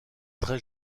très